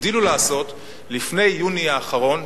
לפני יוני האחרון,